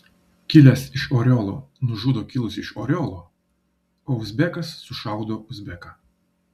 kilęs iš oriolo nužudo kilusį iš oriolo o uzbekas sušaudo uzbeką